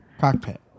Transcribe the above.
Cockpit